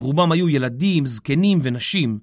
רובם היו ילדים, זקנים, ונשים.